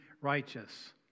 righteous